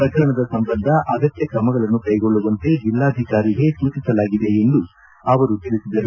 ಪ್ರಕರಣದ ಸಂಬಂಧ ಅಗತ್ಯ ಕ್ರಮಗಳನ್ನು ಕೈಗೊಳ್ಳುವಂತೆ ಜಿಲ್ಲಾಧಿಕಾರಿಗೆ ಸೂಚಿಸಲಾಗಿದೆ ಎಂದು ಅವರು ತಿಳಿಸಿದ್ದಾರೆ